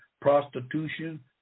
prostitution